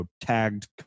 tagged